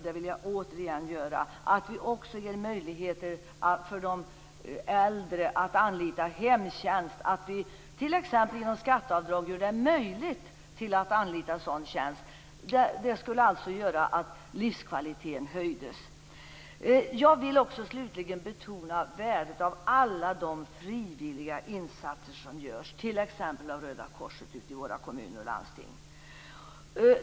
Det vill jag återigen göra. Vi måste också ge möjligheter för de äldre att anlita hemtjänst och att vi t.ex. genom skatteavdrag gör det möjligt för dem att anlita en sådan tjänst. Det skulle göra att livskvaliteten höjdes. Jag vill slutligen också betona värdet av alla de frivilliga insatser som görs, t.ex. av Röda korset, ute i våra kommuner och landsting.